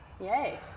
Yay